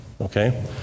okay